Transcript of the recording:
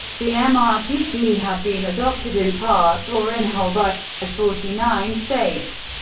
the um ah mrpc have been adopted in part or in whole by forty nine states.